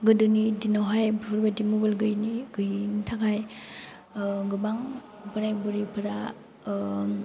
गोदोनि दिनाव हाय बेफोर बायदि मबाइल गैयैनि थाखाय गोबां बोराय बुरिफोरा